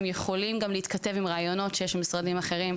יכולים גם להתכתב עם רעיונות שיש במשרדים אחרים,